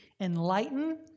enlighten